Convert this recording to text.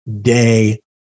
day